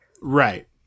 right